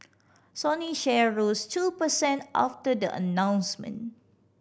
Sony share rose two per cent after the announcement